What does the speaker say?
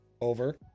over